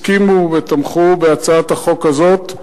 הסכימו ותמכו בהצעת החוק הזאת.